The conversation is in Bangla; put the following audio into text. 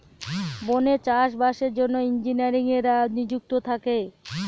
বনে চাষ বাসের জন্য ইঞ্জিনিয়াররা নিযুক্ত থাকে